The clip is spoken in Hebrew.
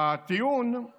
הטיעון היה